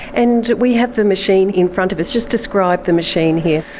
and we have the machine in front of us. just describe the machine here.